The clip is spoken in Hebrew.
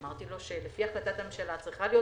אמרתי לו שלפי החלטת הממשלה צריכה להיות